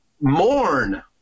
mourn